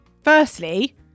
Firstly